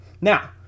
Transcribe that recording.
Now